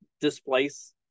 displace